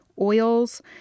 oils